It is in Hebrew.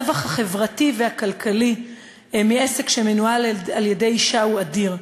הרווח החברתי והכלכלי מעסק שמנוהל על-ידי אישה הוא אדיר.